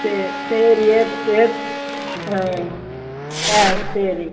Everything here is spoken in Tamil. சரி சரி ஆ ஆ சரி